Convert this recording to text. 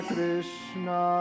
Krishna